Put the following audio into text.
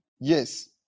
yes